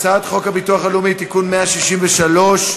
הצעת חוק הביטוח הלאומי (תיקון מס' 163)